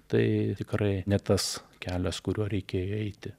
tai tikrai ne tas kelias kuriuo reikėjo eiti